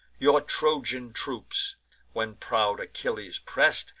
your trojan troops when proud achilles press'd,